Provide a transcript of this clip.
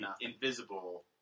invisible